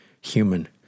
human